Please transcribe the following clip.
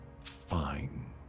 fine